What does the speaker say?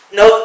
no